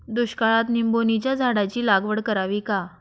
दुष्काळात निंबोणीच्या झाडाची लागवड करावी का?